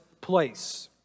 place